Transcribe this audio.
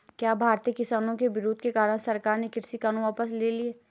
क्या भारतीय किसानों के विरोध के कारण सरकार ने कृषि कानून वापस ले लिया?